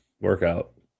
workout